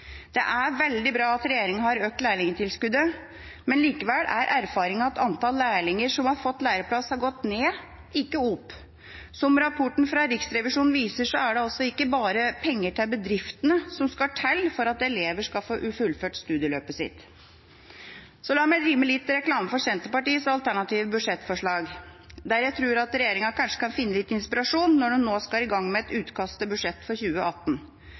Det er veldig bra at regjeringa har økt lærlingtilskuddet, men likevel er erfaringene at antall lærlinger som har fått læreplass, har gått ned, ikke opp. Som rapporten fra Riksrevisjonen viser, er det ikke bare penger til bedriftene som skal til for at elever skal få fullført studieløpet sitt. La meg drive litt reklame for Senterpartiets alternative budsjettforslag, der jeg tror regjeringa kanskje kan finne litt inspirasjon når de nå skal i gang med utkast til budsjett for 2018.